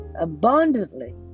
abundantly